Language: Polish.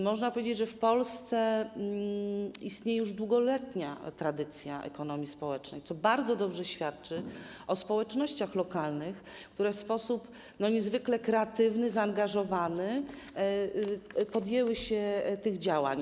Można powiedzieć, że w Polsce istnieje już długoletnia tradycja ekonomii społecznej, co bardzo dobrze świadczy o społecznościach lokalnych, które w sposób niezwykle kreatywny, zaangażowany podjęły się tych działań.